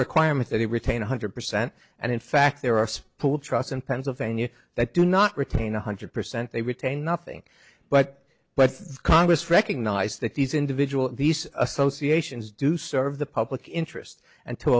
requirement that they retain one hundred percent and in fact there are six pool trusts in pennsylvania that do not retain one hundred percent they retain nothing but but congress recognized that these individuals these associations do serve the public interest and to